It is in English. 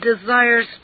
desires